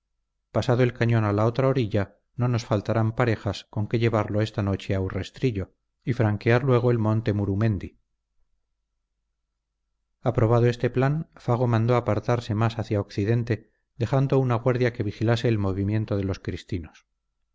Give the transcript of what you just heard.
pasado el cañón a la otra orilla no nos faltarán parejas con que llevarlo esta noche a urrestillo y franquear luego el monte murumendi aprobado este plan fago mandó apartarse más hacia occidente dejando una guardia que vigilase el movimiento de los cristinos